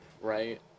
right